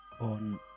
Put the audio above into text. on